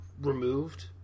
removed